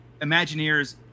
Imagineers